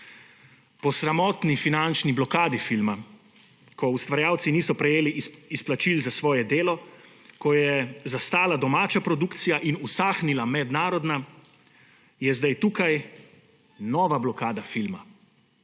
Po sramotni finančni blokadi filma, ko ustvarjalci niso prejeli izplačil za svoje delo, ko je zastala domača produkcija in usahnila mednarodna, je zdaj tukaj nova blokada filma,